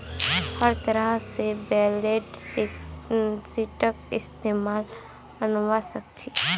हर तरह से बैलेंस शीटक इस्तेमालत अनवा सक छी